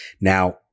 Now